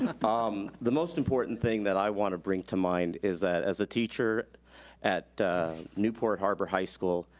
um ah um the most important thing that i wanna bring to mind is that, as a teacher at newport harbor high school,